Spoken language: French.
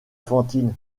fantine